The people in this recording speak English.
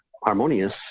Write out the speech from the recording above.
harmonious